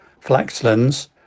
Flaxlands